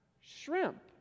shrimp